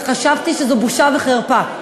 וחשבתי שזו בושה וחרפה.